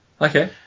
Okay